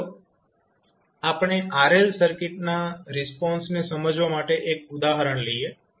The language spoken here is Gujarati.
હવે ચાલો આપણે RL સર્કિટના રિસ્પોન્સને સમજવા એક ઉદાહરણ લઈએ